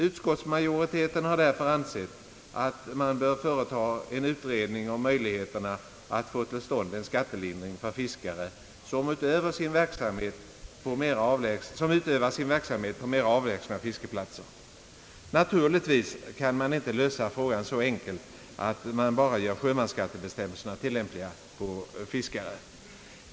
Utskottsmajoriteten har därför ansett att: man bör företa en utredning om möjligheterna att få till stånd en skattelindring för fiskare som utövar sin verksamhet på mera avlägsna fiskeplatser. Naturligtvis kan man inte lösa frågan så enkelt som att man bara gör sjömansskattebestämmelserna tillämpliga på fiskare.